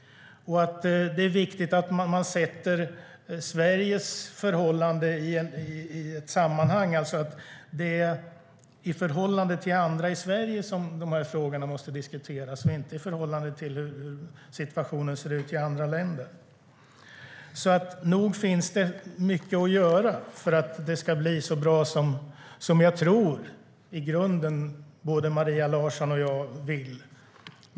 Det är i förhållande till andra i Sverige de här frågorna måste diskuteras, inte i förhållande till hur situationen ser ut i andra länder. Nog finns det mycket att göra för att det ska bli så bra som jag i grunden tror att både Maria Larsson och jag vill.